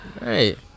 Right